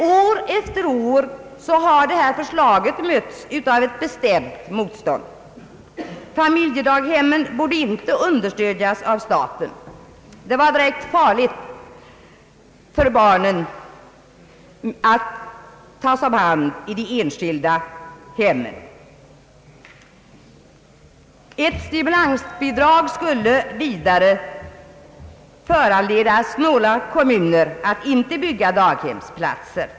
År efter år har dock vårt förslag mötts av ett bestämt motstånd. Familjedaghemmen borde inte understödjas av staten, ty det ansågs vara direkt farligt för barnen att tas om hand i enskilda hem. Ett stimulansbidrag skulle vidare föranleda snåla kommuner att inte bygga daghemsplatser.